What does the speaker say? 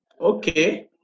Okay